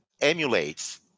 emulates